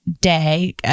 day